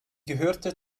gehörte